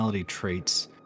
traits